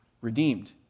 redeemed